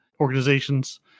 organizations